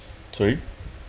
sorry